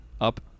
up